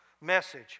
message